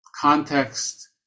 context